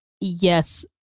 yes